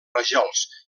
rajols